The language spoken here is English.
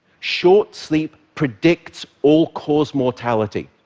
short sleep predicts all-cause mortality.